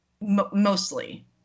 mostly